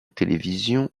télévision